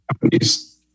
companies